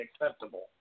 acceptable